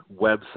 website